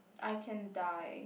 I can die